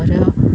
ഒരോ